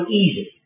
easy